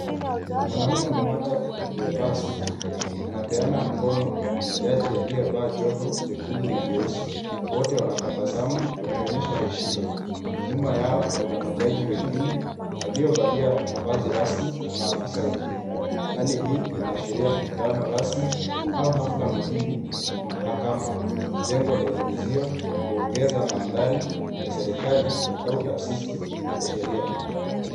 Mwanaume mmoja aliyevaa suti anapeana mkono na jaji aliyevaa joho jekundu na jeusi. Wote wanatabasamu wakionyesha heshima. Nyuma yao kuna majaji wengine waliovalia mavazi rasmi na maafisa wengine. Hali hii inaashiria mkutano rasmi au hafla muhimu ya kimahakama. Jengo lenye uzio huonyesha mandhari ya serikali au taasisi ya sheria.